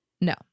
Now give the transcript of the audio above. No